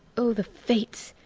o, the fates!